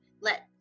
let